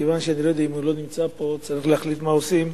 מכיוון שהוא לא נמצא פה, צריך להחליט מה עושים.